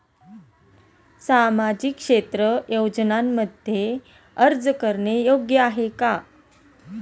सामाजिक क्षेत्र योजनांमध्ये अर्ज करणे योग्य आहे का?